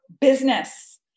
business